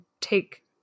take